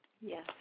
Yes